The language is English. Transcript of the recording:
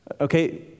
Okay